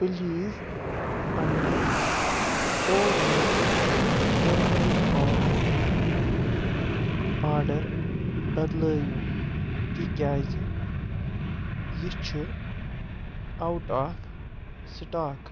please پنٕنہِ pro nature turmeric powder order بدلٲوِو تِکیٛازِ یہِ چھُ آوُٹ آف سِٹاک